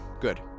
Good